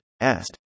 asked